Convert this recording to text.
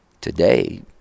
Today